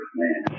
man